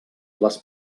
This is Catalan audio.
les